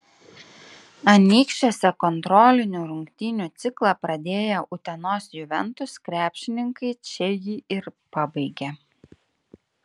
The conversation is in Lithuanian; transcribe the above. anykščiuose kontrolinių rungtynių ciklą pradėję utenos juventus krepšininkai čia jį ir pabaigė